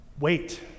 Wait